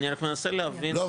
אני רק מנסה להבין --- לא,